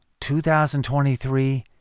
2023